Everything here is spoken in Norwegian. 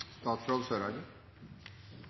statsråd